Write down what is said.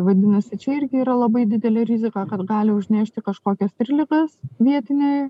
vadinasi čia irgi yra labai didelė rizika kad gali užnešti kažkokiasir ligas vietiniai